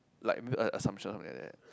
like maybe assumption or something like that